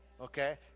Okay